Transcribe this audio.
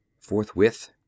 Forthwith